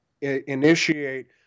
initiate